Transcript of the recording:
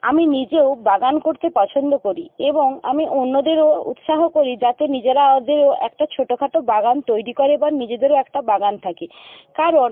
আমি নিজেও বাগান করতে পছন্দ করি এবং আমি অন্যদেরও উৎসাহ করি যাতে নিজেরাও একটা ছোটখাটো বাগান তৈরি করে বা নিজেদেরও একটা বাগান থাকে কারণ